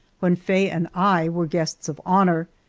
when faye and i were guests of honor.